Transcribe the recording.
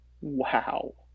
Wow